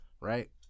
right